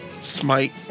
smite